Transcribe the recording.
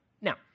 Now